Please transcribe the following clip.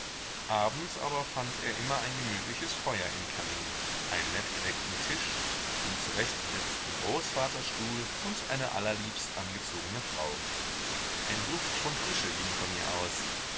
abends aber fand er immer ein gemütliches feuer im kamin einen nett gedeckten tisch den zurechtgesetzten großvaterstuhl und eine allerliebst angezogene frau ein duft von frische ging von ihr aus